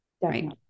Right